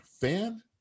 fan